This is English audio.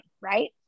right